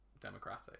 democratic